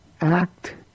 act